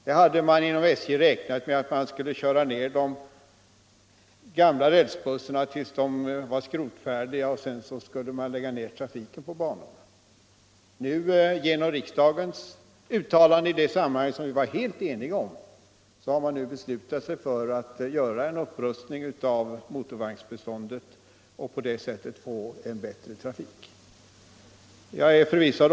Man hade inom SJ räknat med att köra ned de gamla rälsbussarna tills de var skrotningsfärdiga för att sedan lägga ned trafiken på de aktuella bandelarna. Efter riksdagens uttalande i det sammanhanget, som vi var helt eniga om, har man nu beslutat att rusta upp motorvagnsbeståndet. På det sättet får man en bättre trafik.